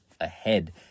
ahead